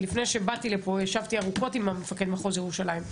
לפני שבאתי לפה ישבתי ארוכות עם מפקד מחוז ירושלים.